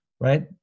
right